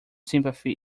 sympathy